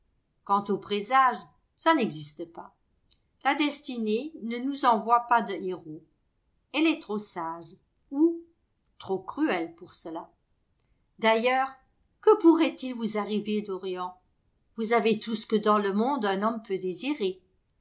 quant aux présages ça n'existe pas la destinée ne nous envoie pas de hérauts elle est trop sage ou trop cruelle pour cela d'ailleurs que pourrait-il vous arriver dorian vous avez tout ce que dans le monde un homme peut désirer